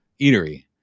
eatery